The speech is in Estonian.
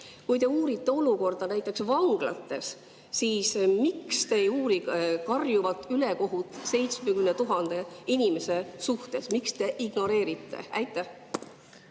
Kui te uurite olukorda näiteks vanglates, siis miks te ei uuri karjuvat ülekohut 70 000 inimese suhtes? Miks te seda ignoreerite? Aitäh!